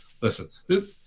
listen